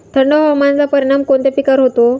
थंड हवामानाचा परिणाम कोणत्या पिकावर होतो?